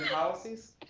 policies.